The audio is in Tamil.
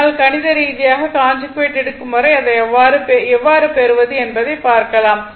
ஆனால் கணித ரீதியாக கான்ஜுகேட் எடுக்கும் வரை அதை எவ்வாறு பெறுவது என்பதை பார்க்கலாம்